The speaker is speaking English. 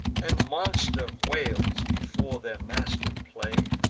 and monster whales before their master play,